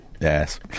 Yes